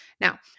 Now